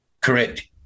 Correct